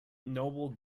noble